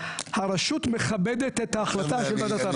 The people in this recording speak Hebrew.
הרשות מכבדת את ההחלטה של וועדות ערר.